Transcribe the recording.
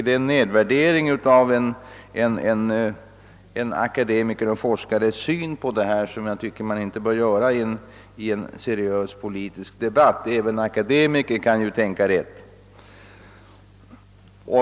Det är en nedvärdering av en akademikers och forskares syn på frågan, och jag tycker inte att dylika yttranden bör fällas i en seriös politisk debatt. även akademiker kan ju tänka rätt!